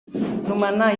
nomenar